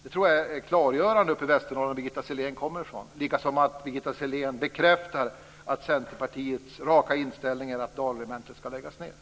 Det tror jag är klargörande uppe i Västernorrland, som Birgitta Sellén kommer ifrån. Likaså bekräftar Birgitta Sellén Centerpartiets raka inställning till att